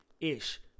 ish